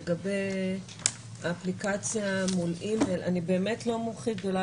לגבי אפליקציה אני באמת לא מומחית גדולה